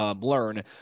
learn